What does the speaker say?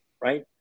right